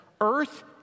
earth